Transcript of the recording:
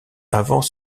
avant